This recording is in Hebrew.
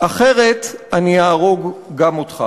אחרת אני אהרוג גם אותך.